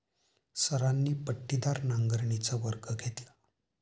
सरांनी पट्टीदार नांगरणीचा वर्ग घेतला